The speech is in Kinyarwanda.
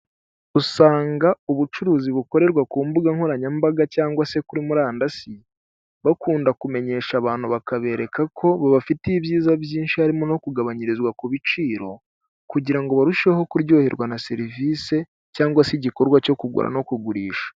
Usanga ubucuruzi bukorerwa ku mbuga nkoranyambaga cyangwa se kuri murandasi bakunda kumenyesha abantu bakabereka ko babafitiye ibyiza byinshi harimo no kugabanyirizwa ku biciro, kugira ngo barusheho kuryoherwa na serivisi cyangwa se igikorwa cyo kugura no kugurisha.